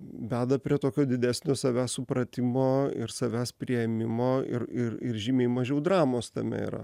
veda prie tokio didesnio savęs supratimo ir savęs priėmimo ir ir ir žymiai mažiau dramos tame yra